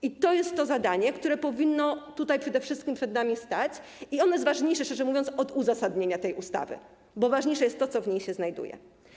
I to jest zadanie, które powinno przede wszystkim przed nami stać, i ono jest ważniejsze, szczerze mówiąc, od uzasadnienia tej ustawy, bo ważniejsze jest to, co, w niej się znajduje.